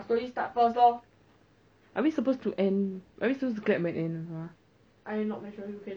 but then I think like I think it's like that one leh like you must go you either cheap or good quality [what] no meh